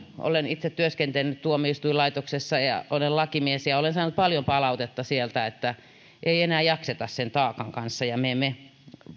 olen itse työskennellyt tuomioistuinlaitoksessa ja olen lakimies ja olen saanut paljon palautetta sieltä että ei enää jakseta sen taakan kanssa ja me emme